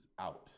out